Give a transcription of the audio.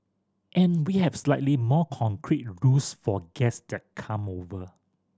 and we have slightly more concrete rules for guest come over